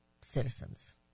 citizens